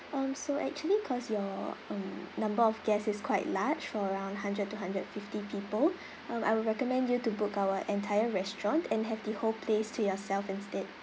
um so actually cause your um number of guest is quite large for around hundred to hundred fifty people um I would recommend you to book our entire restaurant and have the whole place to yourself instead